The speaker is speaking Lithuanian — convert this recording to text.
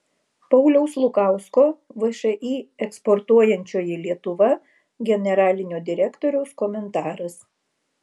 pauliaus lukausko všį eksportuojančioji lietuva generalinio direktoriaus komentaras